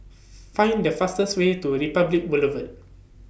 Find The fastest Way to Republic Boulevard